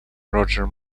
roger